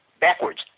backwards